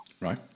Right